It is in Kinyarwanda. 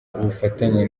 ubufatanye